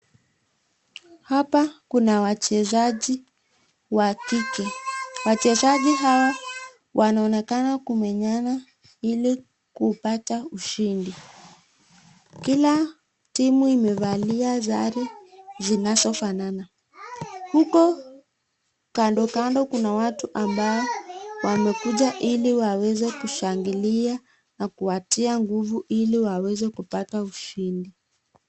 Hapa kuna wachezaji wa kike. Wachezaji hao wanaonekana kuminyana ili kupata ushindi. Kila timu imevalia sare zinazofanana. Huko kando kando kuna watu ambao wamekuja ili waweze kushangilia na kuwatia nguvu ili waweze kupata ushindi.